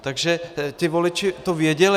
Takže ti voliči to věděli.